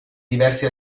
diversi